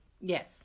Yes